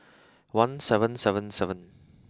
one seven seven seven